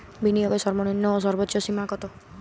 বিনিয়োগের সর্বনিম্ন এবং সর্বোচ্চ সীমা কত?